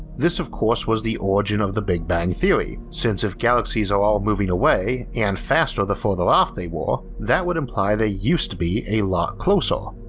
this of course was the origin of the big bang theory, since if galaxies are all moving away, and faster the further off they were, that would imply they used to be a lot closer.